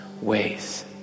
ways